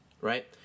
Right